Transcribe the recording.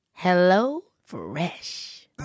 HelloFresh